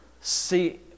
See